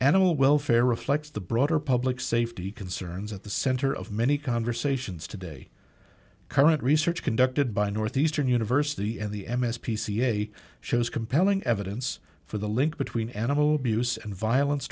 animal welfare reflects the broader public safety concerns at the center of many conversations today current research conducted by northeastern university and the m s p c a shows compelling evidence for the link between animal abuse and violence